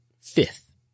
fifth